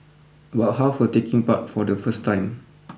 about half were taking part for the first time